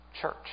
church